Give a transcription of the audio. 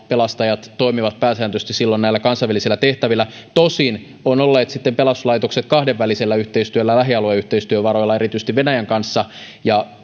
pelastajat toimivat pääsääntöisesti pelastusopiston komennuksella silloin näissä kansainvälisissä tehtävissä tosin pelastuslaitokset ovat olleet sitten kahdenvälisessä yhteistyössä lähialueyhteistyövaroilla erityisesti venäjän kanssa ja